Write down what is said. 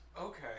Okay